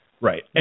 right